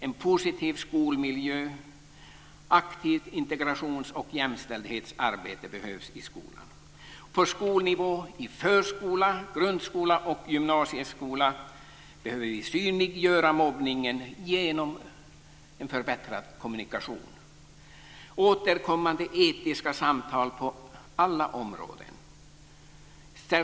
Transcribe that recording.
En positiv skolmiljö behövs, liksom aktivt integrations och jämställdhetsarbete i skolan. På skolnivå - i förskola, grundskola och gymnasieskola - behöver vi synliggöra mobbningen genom en förbättrad kommunikation. Återkommande etiska samtal på alla områden behövs.